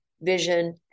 vision